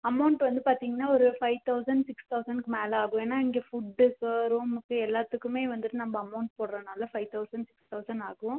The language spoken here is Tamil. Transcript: அமௌண்டு வந்து பார்த்திங்கன்னா ஒரு ஃபைவ் தௌசண்ட் சிக்ஸ் தௌசண்ட்க்கு மேலே ஆகும் ஏன்னா இங்கே ஃபுட்டுக்கு ரூமுக்கு எல்லாத்துக்குமே வந்துவிட்டு நம்ம அமௌண்ட் போடுறனால ஃபைவ் தௌசண்ட் சிக்ஸ் தௌசண்ட் ஆகும்